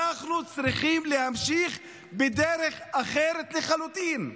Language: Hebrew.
אנחנו צריכים להמשיך בדרך אחרת לחלוטין,